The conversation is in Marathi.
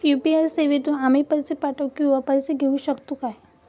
यू.पी.आय सेवेतून आम्ही पैसे पाठव किंवा पैसे घेऊ शकतू काय?